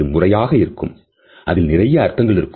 அது முறையாக இருக்கும் அதில் நிறைய அர்த்தங்கள் இருக்கும்